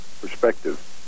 perspective